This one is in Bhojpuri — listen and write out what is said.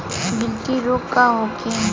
गिलटी रोग का होखे?